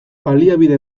baliabide